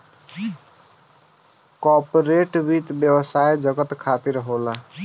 corporate वित्त व्यवसाय जगत खातिर होला